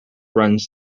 runs